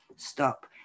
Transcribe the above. stop